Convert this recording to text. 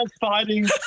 fighting